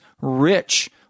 rich